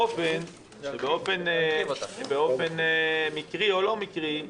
באופן מקרי או לא מקרי,